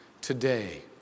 today